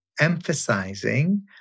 emphasizing